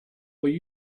will